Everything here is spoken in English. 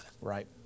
Right